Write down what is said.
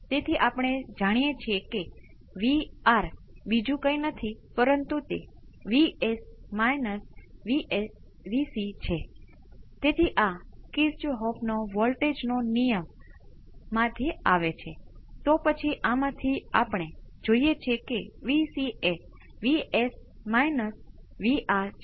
તેથી તમે અપેક્ષા કરો છો કે તે આનું સામાન્ય સ્વરૂપ છે આ લખવાની ઘણી રીતો છે હું ત્યાં કોઈ અન્ય ખૂણો થીટા મૂકી શકું છું અને પછી તેને પણ રદ કરવાનો પ્રયાસ કરુ છું અને α cos ω t ϕ β sine ω t ϕ હું આ રીતે લખીશ તેથી સ્પષ્ટ રીતે જો હું આનું વિકલન કરું તો મને મળશે